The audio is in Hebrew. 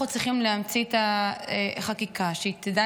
אנחנו צריכים להמציא את החקיקה שתדע